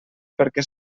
perquè